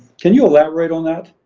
can you elaborate on that?